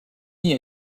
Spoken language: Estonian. nii